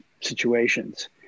situations